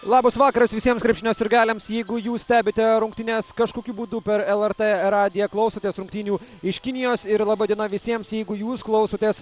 labas vakaras visiems krepšinio sirgaliams jeigu jūs stebite rungtynes kažkokiu būdu per lrt radiją klausotės rungtynių iš kinijos ir laba diena visiems jeigu jūs klausotės